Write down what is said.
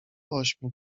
ośmiu